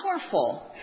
Powerful